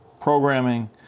programming